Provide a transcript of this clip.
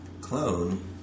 clone